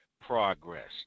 progress